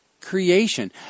creation